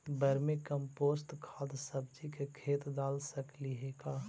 Vermi compost खाद सब्जी के खेत दाल सकली हे का?